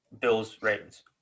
Bills-Ravens